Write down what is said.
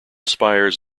spires